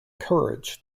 courage